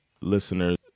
listeners